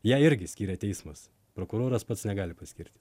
ją irgi skiria teismas prokuroras pats negali paskirti